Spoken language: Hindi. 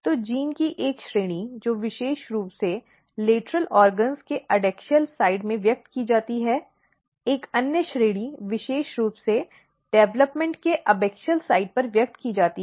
तो जीनों की एक श्रेणी जो विशेष रूप से लेटरल अंगों के एडैक्सियल साइड में व्यक्त की जाती है अन्य श्रेणी विशेष रूप से डेवलपमेंट के एबैक्सियल साइड पर व्यक्त की जाती है